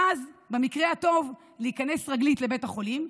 ואז במקרה הטוב להיכנס רגלית לבית החולים,